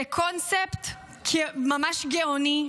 זה קונספט ממש גאוני,